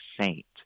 saint